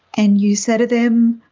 and you say to them,